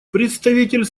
представитель